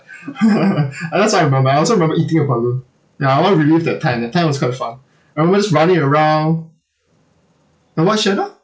ah that's why I remember I also remember eating a balloon ya I want to relive that time that time was quite fun I'm always running around the what